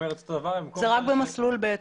זה רק במסלול ב'.